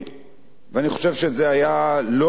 ואני חושב שזה היה לא לעניין,